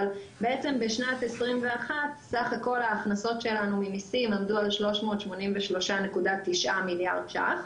אבל בעצם בשנת 2021 סך כל ההכנסות שלנו ממסים עמדו על 383.9 מיליארד ₪,